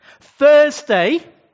Thursday